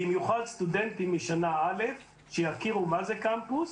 במיוחד סטודנטים משנה א', שיכירו מה זה קמפוס,